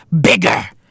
bigger